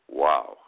wow